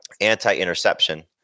anti-interception